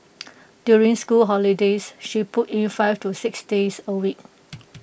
during school holidays she puts in five to six days A week